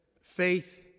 faith